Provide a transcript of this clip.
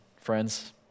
friends